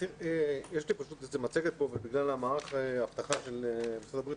הסיכוי להידבק הוא נמוך בשליש עד חצי בהשוואה למבוגרים.